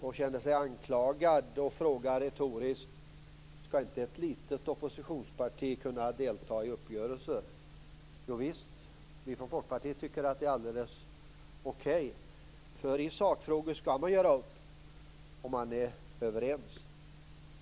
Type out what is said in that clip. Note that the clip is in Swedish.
Fru talman! Jag tror att Elving Andersson missförstod mig och kände sig anklagad - därav den retoriska frågan om inte ett litet oppositionsparti skall kunna delta i uppgörelser. Jo visst! Vi från Folkpartiet tycker att det är alldeles okej. I sakfrågor skall man göra upp om man är överens.